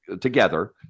together